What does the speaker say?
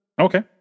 Okay